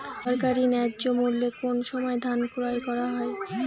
সরকারি ন্যায্য মূল্যে কোন সময় ধান ক্রয় করা হয়?